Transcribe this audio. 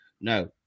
no